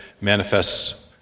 manifests